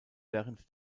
während